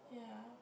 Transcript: yeah